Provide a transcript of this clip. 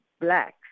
blacks